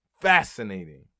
Fascinating